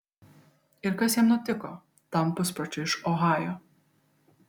ir kas jam nutiko tam puspročiui iš ohajo